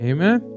Amen